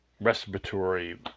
respiratory